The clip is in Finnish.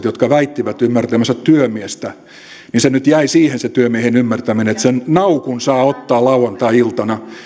jotka väittivät ymmärtävänsä työmiestä se nyt jäi siihen se työmiehen ymmärtäminen että sen naukun saa ottaa lauantai iltana